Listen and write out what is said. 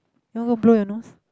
ya lor blur you knows